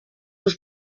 was